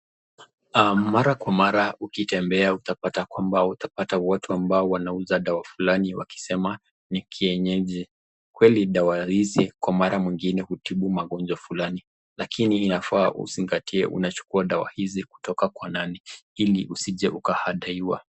mara kwa mara ukitembea utapata kwamba utapata watu ambao wanauza dawa fulani wakisema nikienyeji, kweli dawa hizi kwa mara mwingine utibu magonjwa fulani, lakini unafaa uzingatie unachukua dawa hizi kutoka kwa nani iliusije ukahadaiwa.